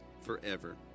forever